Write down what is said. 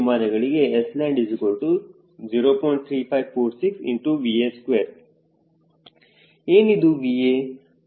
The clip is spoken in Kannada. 3546VA2 ಏನಿದು VA ಪ್ರಮುಖವಾಗಿದೆ